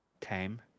Time